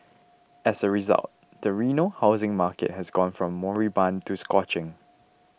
as a result the Reno housing market has gone from moribund to scorching